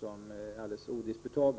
som är alldeles odisputabel.